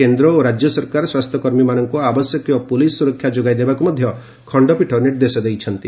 କେନ୍ଦ୍ର ଓ ରାଜ୍ୟ ସରକାର ସ୍ୱାସ୍ଥ୍ୟ କର୍ମୀମାନଙ୍କୁ ଆବଶ୍ୟକୀୟ ପୁଲିସ ସୁରକ୍ଷା ଯୋଗାଇ ଦେବାକୁ ମଧ୍ୟ ଖଣ୍ଡପୀଠ ନିର୍ଦ୍ଦେଶ ଦେଇଛନ୍ତି